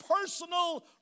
personal